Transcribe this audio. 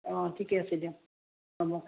অঁ ঠিকে আছে দিয়ক